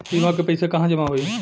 बीमा क पैसा कहाँ जमा होई?